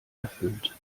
erfüllt